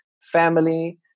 family